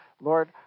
Lord